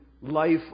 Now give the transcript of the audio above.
life